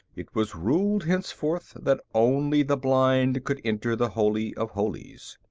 it was ruled henceforth that only the blind could enter the holy of holies.